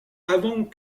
avant